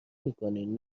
میکنین